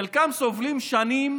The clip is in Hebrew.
חלקם סובלים שנים